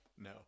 No